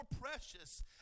precious